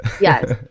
Yes